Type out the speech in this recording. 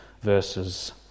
verses